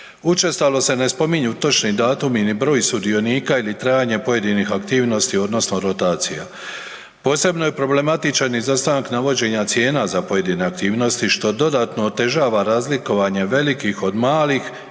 Učestalo se ne spominju točni datumi ni broj sudionika ili trajanje pojedinih aktivnosti odnosno rotacija. Posebno je problematičan izostanak navođenja cijena za pojedine aktivnosti što dodatno otežava razlikovanje velikih od malih i